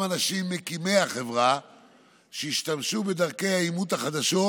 אנשים מקימי החברה שישתמשו בדרכי האימות החדשות